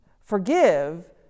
Forgive